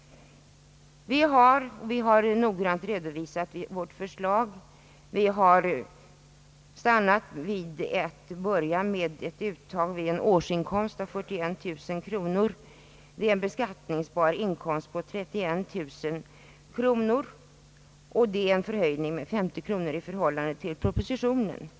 Vi har i vårt förslag stannat för ett uttag vid en årsinkomst på 41 000 kronor, vilket innebär en beskattningsbar inkomst på 31 000 kronor. Det är en höjning med 90 kronor i förhållande till propositionens förslag.